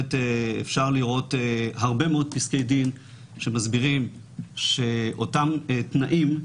בהחלט אפשר לראות הרבה מאוד פסקי דין שמסבירים שאותם תנאים,